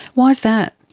why is that?